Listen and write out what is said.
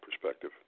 perspective